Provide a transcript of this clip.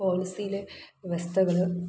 പോളിസിയിലെ വ്യവസ്ഥകൾ